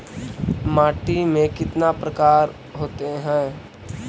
माटी में कितना प्रकार के होते हैं?